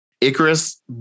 Icarus